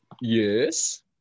Yes